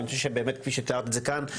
אני חושב שבאמת כפי שתיארת את זה כאן,